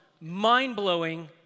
mind-blowing